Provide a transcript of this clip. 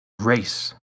race